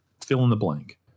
fill-in-the-blank